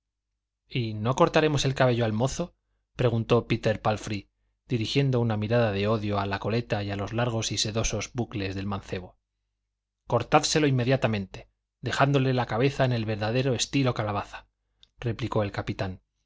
y no cortaremos el cabello al mozo preguntó péter pálfrey dirigiendo una mirada de odio a la coleta y a los largos y sedosos bucles del mancebo cortádselo inmediatamente dejándole la cabeza en el verdadero estilo calabaza replicó el capitán